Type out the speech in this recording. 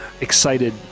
excited